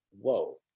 Whoa